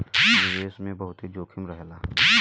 निवेश मे बहुते जोखिम रहेला